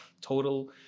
total